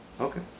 Okay